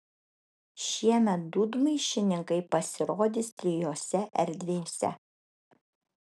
šiemet dūdmaišininkai pasirodys trijose erdvėse